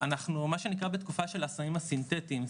אנחנו מה שנקרא בתקופה של הסמים הסינטטיים,